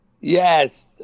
Yes